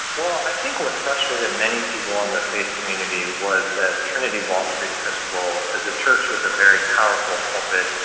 well, i think what frustrated many people in the faith community was that trinity wall st episcopal is a church with a very powerful pulpit,